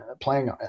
playing